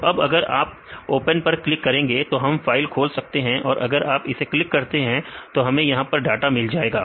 तो अब अगर आप ओपन पर क्लिक करेंगे तो हम फाइल खोल सकते हैं और अगर आप इसे क्लिक करते हैं तो हमें यहां पर डाटा मिल जाएगा